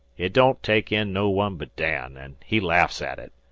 it don't take in no one but dan, an' he laughs at it.